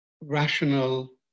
rational